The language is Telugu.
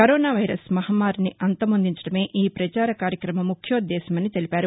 కరోనా వైరస్ మహమ్మారిని అంతమొందించడమే ఈ పచార కార్యక్రమ ముఖ్యోద్దేశమని తెలిపారు